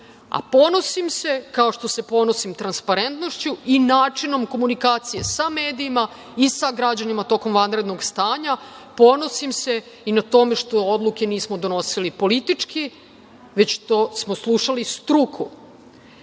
maksimum. Kao što se ponosim transparentnošću i načinom komunikacije sa medijima i sa građanima tokom vanrednog stanja, ponosim se i time što odluke nismo donosili politički, već što smo slušali struku. Kakav